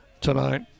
tonight